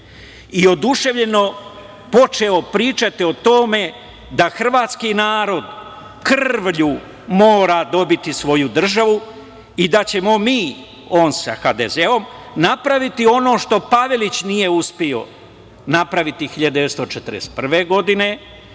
i oduševljeno počeo pričati o tome da hrvatski narod krvlju mora dobiti svoju državu i da ćemo mi, on sa HDZ, napraviti ono što Pavelić nije uspeo napraviti 1941. godine,